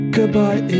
Goodbye